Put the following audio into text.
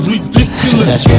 Ridiculous